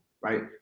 right